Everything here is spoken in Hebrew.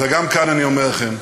וגם כאן, אני אומר לכם: